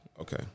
Okay